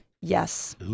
Yes